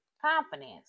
confidence